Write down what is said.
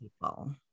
people